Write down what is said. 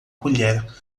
colher